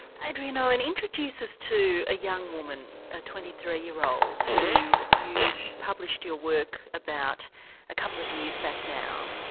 adrian owen, introduce us to a young woman, a twenty three year old who you published your work about a couple of years back now,